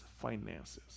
finances